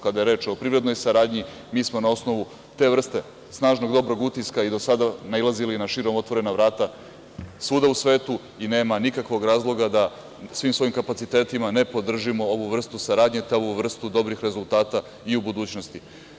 Kada je reč o privrednoj saradnji, mi smo na osnovu te vrste snažnog dobrog utiska i do sada nailazili na širom otvorena vrata svuda u svetu i nema nikakvog razloga da svim svojim kapacitetima ne podržimo ovu vrstu saradnje, tu vrstu dobrih rezultata i u budućnosti.